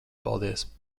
paldies